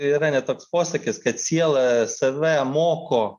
yra net toks posakis kad siela save moko